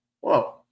Whoa